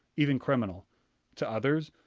even criminal to others,